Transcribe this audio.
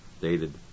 dated